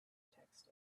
text